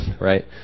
right